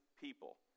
people